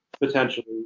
potentially